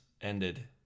ended